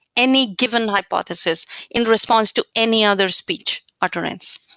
any given hypothesis in response to any other speech utterance.